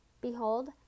Behold